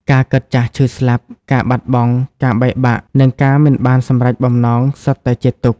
ការកើត ចាស់ ឈឺ ស្លាប់ ការបាត់បង់ ការបែកបាក់ និងការមិនបានសម្រេចបំណងសុទ្ធតែជាទុក្ខ។